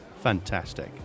Fantastic